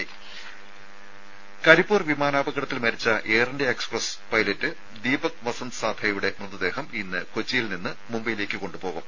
രുമ കരിപ്പൂർ വിമാനാപകടത്തിൽ മരിച്ച Air India Express pilot Deepak Vasanth സാത്തേയുടെ മൃതദേഹം ഇന്ന് കൊച്ചിയിൽ നിന്ന് സ്വദേശമായ മുംബൈയിലേക്ക് കൊണ്ടുപോകും